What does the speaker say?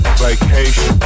vacation